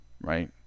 right